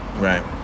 right